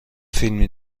فیلمی